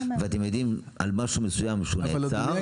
ואתם יודעים על משהו מסוים שנעצר,